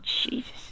Jesus